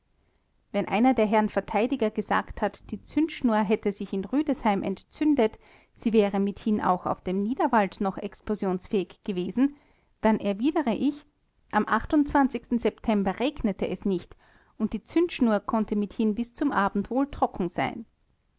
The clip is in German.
wenn einer der herren verteidiger gesagt hat die zündschnur hätte sich in rüdesheim entzündet sie wäre mithin auch auf dem niederwald noch explosionsfähig gewesen dann erwidere ich am september regnete es nicht und die zündschnur konnte mithin bis zum abend wohl trocken sein